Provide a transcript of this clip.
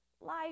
life